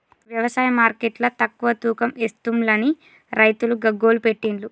వ్యవసాయ మార్కెట్ల తక్కువ తూకం ఎస్తుంలని రైతులు గగ్గోలు పెట్టిన్లు